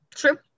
true